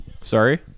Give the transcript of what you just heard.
Sorry